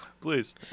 please